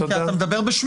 נו, כי אתה מדבר בשמי.